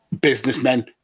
businessmen